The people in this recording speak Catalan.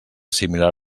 similar